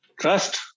Trust